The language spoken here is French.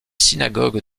synagogues